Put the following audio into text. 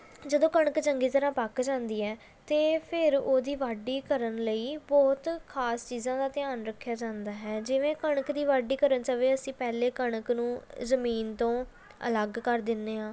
ਜਦੋਂ ਕਣਕ ਚੰਗੀ ਤਰ੍ਹਾਂ ਪੱਕ ਜਾਂਦੀ ਹੈ ਅਤੇ ਫਿਰ ਉਹਦੀ ਵਾਢੀ ਕਰਨ ਲਈ ਬਹੁਤ ਖਾਸ ਚੀਜ਼ਾਂ ਦਾ ਧਿਆਨ ਰੱਖਿਆ ਜਾਂਦਾ ਹੈ ਜਿਵੇਂ ਕਣਕ ਦੀ ਵਾਢੀ ਕਰਨ ਸਮੇਂ ਅਸੀਂ ਪਹਿਲੇ ਕਣਕ ਨੂੰ ਜ਼ਮੀਨ ਤੋਂ ਅਲੱਗ ਕਰ ਦਿੰਦੇ ਹਾਂ